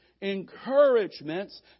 Encouragements